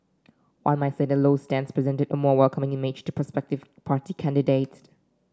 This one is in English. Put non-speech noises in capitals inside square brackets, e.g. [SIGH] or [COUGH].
one might say that Low's stance presented a more welcoming image to prospective party candidates [UNINTELLIGIBLE]